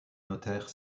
notaire